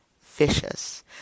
vicious